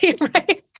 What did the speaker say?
right